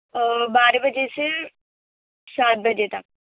اور بارہ بجے سے سات بجے تک